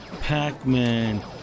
Pac-Man